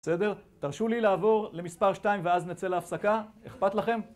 בסדר? תרשו לי לעבור למספר 2 ואז נצא להפסקה. אכפת לכם?